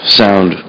sound